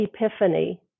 epiphany